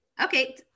Okay